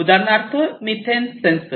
उदाहरणार्थ methane sensor